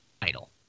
title